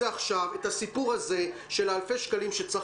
אם לא תפתרו עכשיו את הסיפור הזה של אלפי השקלים שצריך